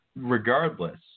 regardless